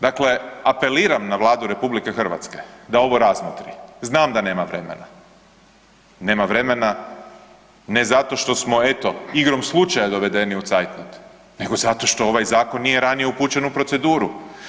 Dakle, apeliram na Vladu RH ovo razmotri, znam da nema vremena, nema vremena ne zato što smo eto igrom slučaja dovedeni u zeitnot, nego zato što ovaj zakon nije ranije upućen u proceduru.